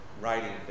writing